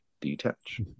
detach